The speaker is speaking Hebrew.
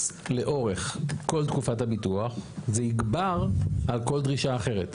לאורך כל תקופת הביטוח זה יגבר על כל דרישה אחרת.